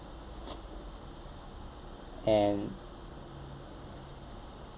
and